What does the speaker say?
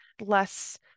less